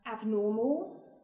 abnormal